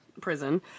prison